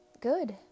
Good